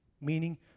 meaning